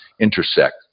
intersect